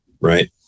right